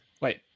Wait